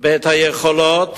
והיכולות